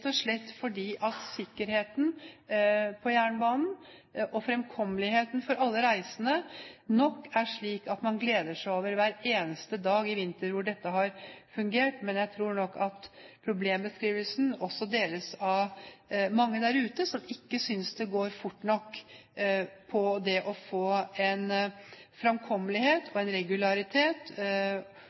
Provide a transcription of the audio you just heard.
Sikkerheten på jernbanen og fremkommeligheten for alle reisende er nok slik at man gleder seg over hver eneste dag i vinter hvor dette har fungert, men jeg tror nok at problembeskrivelsen også deles av mange der ute som ikke synes det går fort nok med det å få en bedre fremkommelighet og regularitet og en